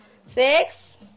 Six